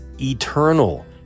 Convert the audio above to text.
eternal